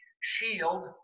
shield